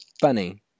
Funny